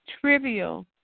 trivial